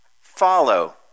Follow